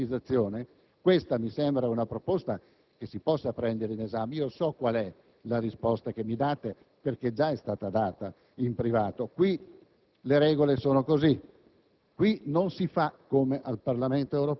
delle aperture democratiche e della pubblicizzazione, questa mi sembra una proposta che si possa prendere in esame. So qual è la risposta che mi date perché già è stata data in privato: qui le regole sono così;